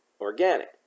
organic